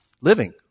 living